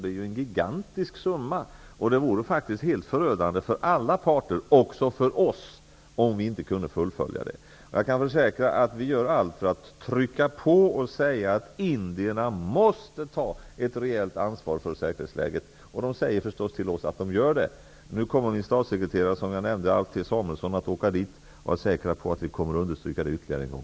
Det är en gigantisk summa. Det vore helt förödande för alla parter, också för oss, om vi inte kunde fullfölja det. Jag kan försäkra att vi gör allt för att trycka på och säga till indierna att de måste ta ett rejält ansvar för säkerhetsläget. De säger förstås till oss att de gör det. Nu kommer min statssekreterare, Alf T Samuelsson, att åka dit. Ni kan vara säkra på att vi kommer att understryka detta ytterligare en gång.